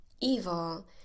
evil